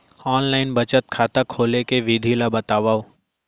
Online बचत खाता खोले के विधि ला बतावव?